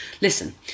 Listen